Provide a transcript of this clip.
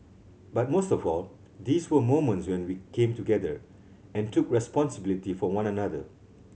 but most of all these were moments when we came together and took responsibility for one another